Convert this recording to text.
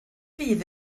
fydd